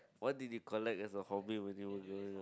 what did you collect as a hobby when you were growing up